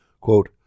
Quote